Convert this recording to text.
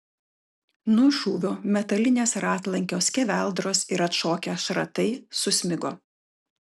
nuo šūvio metalinės ratlankio skeveldros ir atšokę šratai susmigo